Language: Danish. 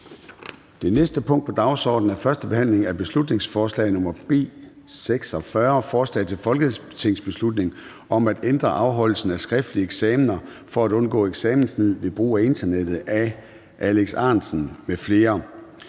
Det næste punkt på dagsordenen er: 17) 1. behandling af beslutningsforslag nr. B 46: Forslag til folketingsbeslutning om at ændre afholdelsen af skriftlige eksamener for at undgå eksamenssnyd ved brug af internettet. Af Alex Ahrendtsen